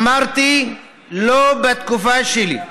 אמרתי: לא בתקופה שלי.